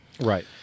right